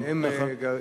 נכון.